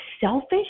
selfish